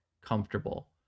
comfortable